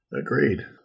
Agreed